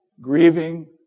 grieving